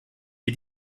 wir